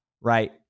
right